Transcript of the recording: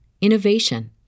innovation